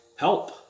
help